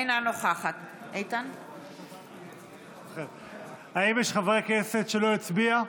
אינה נוכחת האם יש חבר כנסת שלא הצביע?